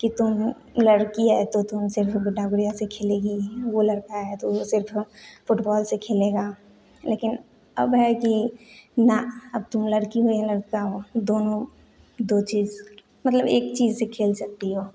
कि तुम लड़की है तो तुम सिर्फ गुड्डा गुड़िया से खेलेगी वो लड़का है तो वो सिर्फ फुटबॉल से खेलेगा लेकिन अब है कि ना अब तुम लड़की हो या लड़का हो दोनों दो चीज़ मतलब एक चीज़ से खेल सकती हो